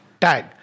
Tag